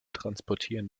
transportieren